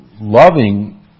loving